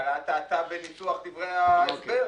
הממשלה טעתה בניסוח דברי ההסבר.